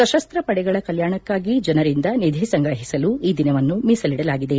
ಸಶಸ್ತ ಪಡೆಗಳ ಕಲ್ಯಾಣಕ್ಕಾಗಿ ಜನರಿಂದ ನಿಧಿ ಸಂಗ್ರಹಿಸಲು ಈ ದಿನವನ್ನು ಮೀಸಲಿಡಲಾಗಿದೆ